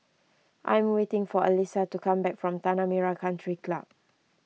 I am waiting for Elisa to come back from Tanah Merah Country Club